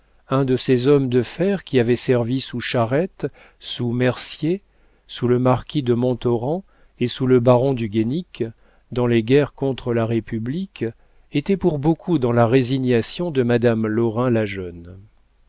un de ces hommes de fer qui avaient servi sous charette sous mercier sous le marquis de montauran et sous le baron du guénic dans les guerres contre la république était pour beaucoup dans la résignation de madame lorrain la jeune